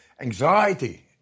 anxiety